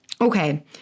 okay